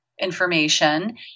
information